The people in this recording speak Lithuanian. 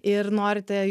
ir norite